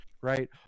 right